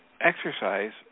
exercise